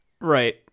right